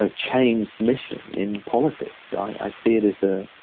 ah change mission in politics. i see it as a.